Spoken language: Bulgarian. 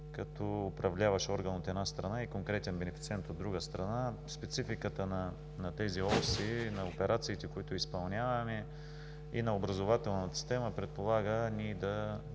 като управляващ орган, от една страна, и конкретен бенефициент, от друга страна. Спецификата на тези оси и на операциите, които изпълняваме, и на образователната система предполага ние,